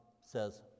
says